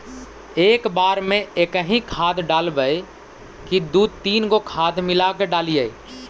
एक बार मे एकही खाद डालबय की दू तीन गो खाद मिला के डालीय?